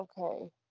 Okay